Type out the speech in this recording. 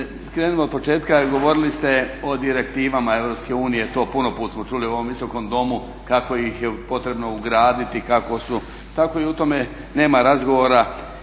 krenimo od početka, govorili ste o direktivama EU, to puno puta smo čuli u ovom Visokom domu kako ih je potrebno ugraditi. I tako o tome nema razgovara